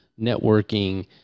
networking